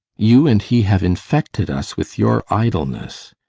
you and he have infected us with your idleness.